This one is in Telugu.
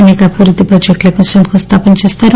అసేక అభివృద్ది ప్రాజెక్టులకు శంకుస్థాపన చేస్తారు